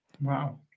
Wow